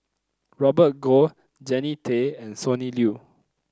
Robert Goh Jannie Tay and Sonny Liew